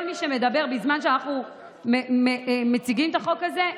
כל מי שמדבר בזמן שאנחנו מציגים את החוק הזה,